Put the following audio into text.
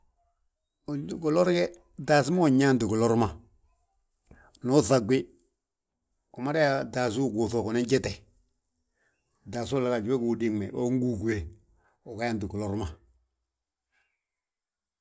Gilor ge, taasí ma nyaanti gilor ma. Ndu uŧagwi, umada yaa taasí uguuŧ wo unan jete, taasí wolla gaaj we gú udigme. We ugúwguwe uga yaanti gilor ma